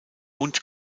und